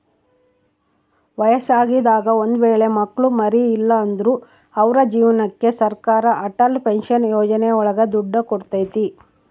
ವಯಸ್ಸಾಗಿದಾಗ ಒಂದ್ ವೇಳೆ ಮಕ್ಳು ಮರಿ ಇಲ್ಲ ಅಂದ್ರು ಅವ್ರ ಜೀವನಕ್ಕೆ ಸರಕಾರ ಅಟಲ್ ಪೆನ್ಶನ್ ಯೋಜನೆ ಒಳಗ ದುಡ್ಡು ಕೊಡ್ತೈತಿ